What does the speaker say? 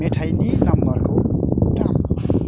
मेथायनि नाम्बारखौ दाम